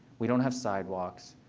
we don't have sidewalks.